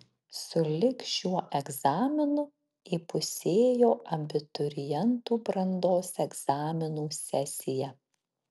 su lig šiuo egzaminu įpusėjo abiturientų brandos egzaminų sesija